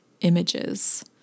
images